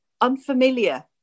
unfamiliar